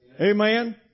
Amen